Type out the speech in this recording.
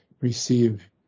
receive